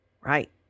right